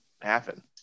happen